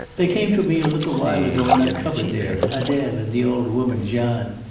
they came to me a little while ago in that cupboard there adele and the old woman jeanne.